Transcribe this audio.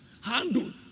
handled